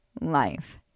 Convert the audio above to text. life